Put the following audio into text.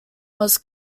was